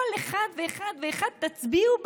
כל אחד ואחת, תצביעו בעד.